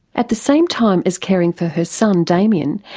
at the same time as caring for her son damien,